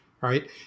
Right